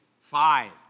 five